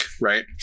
right